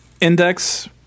Index